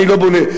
אני לא בונה.